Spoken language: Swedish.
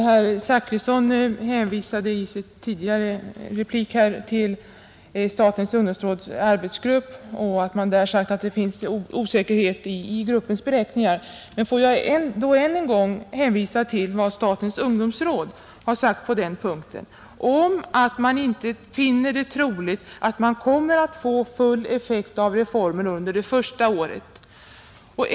Herr talman! Herr Zachrisson hänvisade i sin tidigare replik till statens ungdomsråds arbetsgrupp som sagt att det finns osäkerhet i gruppens beräkningar. Får jag då än en gång hänvisa till vad statens ungdomsråd har sagt på den punkten, nämligen att man inte finner det troligt att man kommer att få full effekt av reformen under det första året.